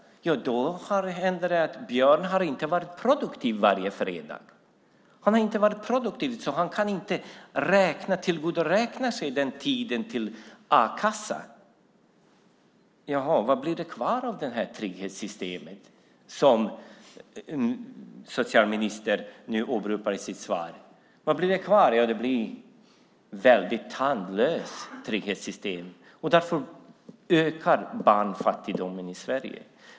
Jo, Björn har inte varit produktiv varje fredag så han kan inte tillgodoräkna sig den tiden för a-kassa. Vad blir det kvar av det trygghetssystem som socialministern åberopar i sitt svar? Ja, det blir ett väldigt tandlöst trygghetssystem. Därför ökar barnfattigdomen i Sverige.